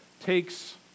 takes